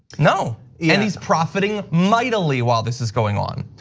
no and he's profiting mightily while this is going on.